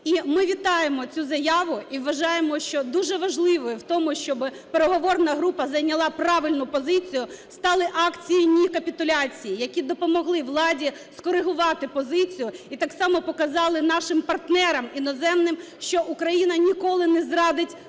І ми вітаємо цю заяву, і вважаємо, що дуже важливо в тому, щоб переговорна група зайняла правильну позицію, стали акції "Ні капітуляції!", які допомогли владі скорегувати позицію і так само показали нашим партнерам іноземним, що Україна ніколи не зрадить людей і